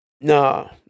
No